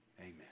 amen